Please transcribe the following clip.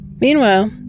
Meanwhile